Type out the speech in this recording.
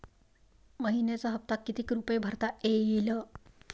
मइन्याचा हप्ता कितीक रुपये भरता येईल?